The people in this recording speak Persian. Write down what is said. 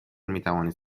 میتوانید